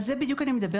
על זה בדיוק אני מדברת.